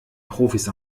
profis